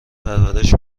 پرورش